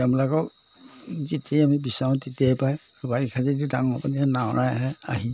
তেওঁলোকক যেতিয়াই আমি বিচাওঁ তেতিয়াই পায় বাৰিষা যেতিয়া ডাঙৰ পানী নাৱেৰে আহে আহি